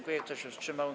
Kto się wstrzymał?